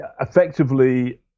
effectively